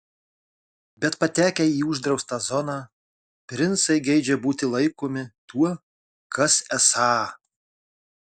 bet patekę į uždraustą zoną princai geidžia būti laikomi tuo kas esą